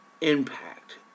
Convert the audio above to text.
impact